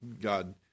God